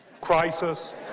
crisis